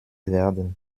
werden